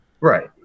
right